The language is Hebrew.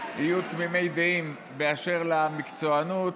יהיו תמימי דעים באשר למקצוענות,